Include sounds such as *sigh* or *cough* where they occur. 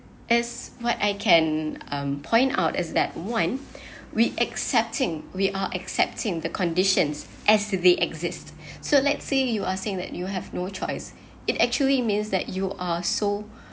as what I can um point out is that one *breath* we accepting we are accepting the conditions as they exist *breath* so let's say you are saying that you have no choice it actually means that you are so